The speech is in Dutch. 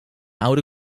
oude